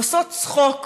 עושות צחוק